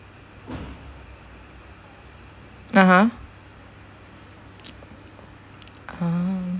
(uh huh) ah